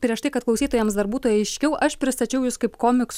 prieš tai kad klausytojams dar būtų aiškiau aš pristačiau jus kaip komiksų